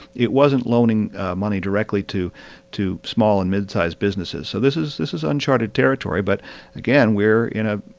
it wasn't loaning money directly to to small and mid-sized businesses. so this is this is uncharted territory. but again, we're in a